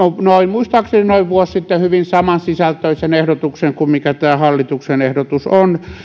muistaakseni noin vuosi sitten hyvin samansisältöisen ehdotuksen kuin mikä tämä hallituksen ehdotus on